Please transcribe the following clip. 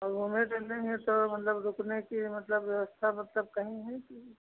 घूमे टहलेंगे तो मतलब रुकने कि मतलब उसका मतलब कहीं है